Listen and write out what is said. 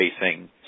facing